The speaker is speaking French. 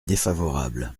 défavorable